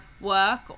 work